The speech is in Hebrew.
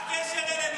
מה הקשר אלינו בכלל?